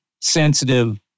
sensitive